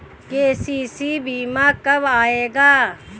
KCC बीमा कब आएगा?